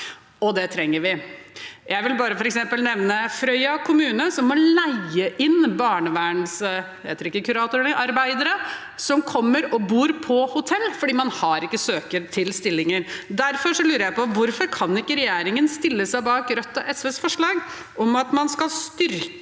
Det trenger vi. Jeg vil nevne f.eks. Frøya kommune, som må leie inn barnevernsarbeidere, som kommer og bor på hotell, fordi man ikke har søkere til stillinger. Derfor lurer jeg på: Hvorfor kan ikke regjeringen stille seg bak Rødt og SVs forslag om at man skal styrke